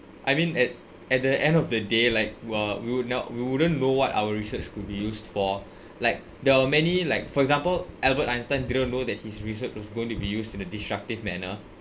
I mean at at the end of the day like uh we will not we wouldn't know what our research could be used for like there are many like for example albert einstein didn't know that his research was going to be used in a destructive manner